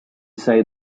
say